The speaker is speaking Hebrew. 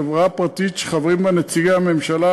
חברה פרטית שחברים בה נציגי הממשלה,